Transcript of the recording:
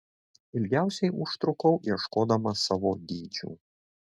ilgiausiai užtrukau ieškodama savo dydžių